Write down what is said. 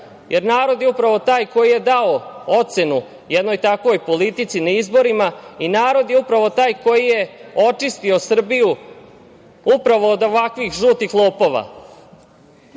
jer narod je upravo taj koji je dao ocenu jednoj takvoj politici na izborima i narod je upravo taj koji je očistio Srbiju upravo od ovakvih „žutih lopova“.Bitno